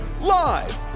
live